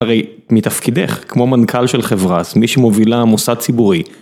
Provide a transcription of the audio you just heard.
הרי מתפקידך כמו מנכ״ל של חברה, מי שמובילה מוסד ציבורי.